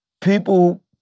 people